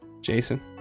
Jason